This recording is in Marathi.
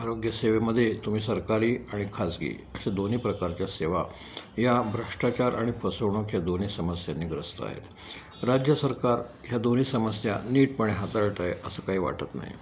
आरोग्य सेवेमध्ये तुम्ही सरकारी आणि खाजगी अशा दोन्ही प्रकारच्या सेवा या भ्रष्टाचार आणि फसवणूक ह्या दोन्ही समस्यानी ग्रस्त आहेत राज्य सरकार ह्या दोन्ही समस्या नीटपणे हाताळत आहे असं काही वाटत नाही